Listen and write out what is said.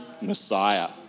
Messiah